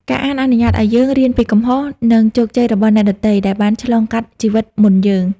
ការអានអនុញ្ញាតឱ្យយើង រៀនពីកំហុស និងជោគជ័យរបស់អ្នកដទៃ ដែលបានឆ្លងកាត់ជីវិតមុនយើង។